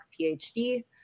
PhD